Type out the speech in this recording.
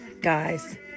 guys